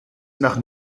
nach